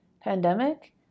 pandemic